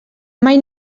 mai